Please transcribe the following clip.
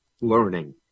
learning